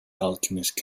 alchemist